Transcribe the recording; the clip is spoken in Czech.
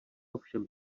ovšem